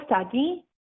study